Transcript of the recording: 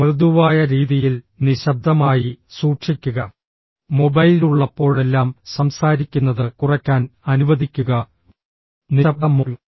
മൃദുവായ രീതിയിൽ നിശബ്ദമായി സൂക്ഷിക്കുക മൊബൈൽ ഉള്ളപ്പോഴെല്ലാം സംസാരിക്കുന്നത് കുറയ്ക്കാൻ അനുവദിക്കുക നിശബ്ദ മോഡ്